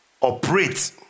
operate